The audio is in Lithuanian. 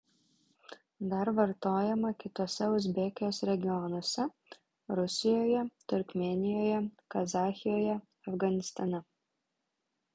dar vartojama kituose uzbekijos regionuose rusijoje turkmėnijoje kazachijoje afganistane